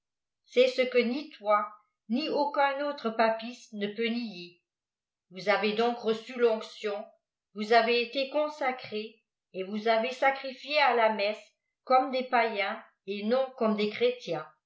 lésus christcest ce que ni toi ni aucun autre papiste ne peut nier vous avez donc reçu l'onction vous avez été consacrés et vous avez sacrifié à la messe comme des païens et non comme des chrétiens